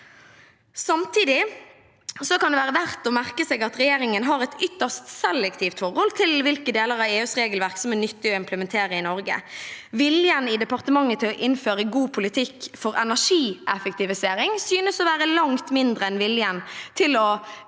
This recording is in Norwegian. Samtidig kan det være verdt å merke seg at regjeringen har et ytterst selektivt forhold til hvilke deler av EUs regelverk som er nyttig å implementere i Norge. Viljen i departementet til å innføre god politikk for energieffektivisering synes å være langt mindre enn viljen til å